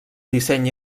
disseny